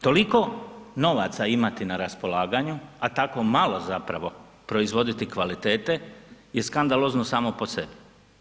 Toliko novaca imati na raspolaganju a tako malo zapravo proizvoditi kvalitete je skandalozno samo po sebi.